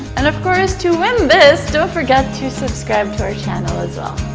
and of course to win this, don't forget to subscribe to our channel as well.